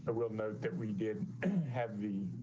ah will know that we did have the